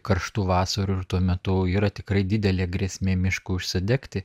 karštų vasarų ir tuo metu yra tikrai didelė grėsmė miškui užsidegti